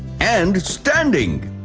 and standing.